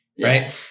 Right